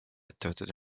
ettevõtted